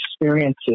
experiences